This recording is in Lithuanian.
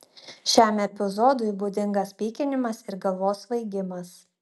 šiam epizodui būdingas pykinimas ir galvos svaigimas